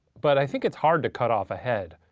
but i think it's hard to cut off a head.